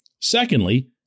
Secondly